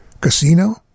Casino